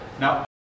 now